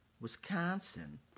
Wisconsin